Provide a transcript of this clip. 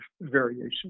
variation